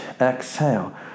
exhale